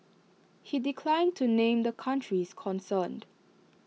he declined to name the countries concerned